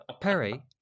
Perry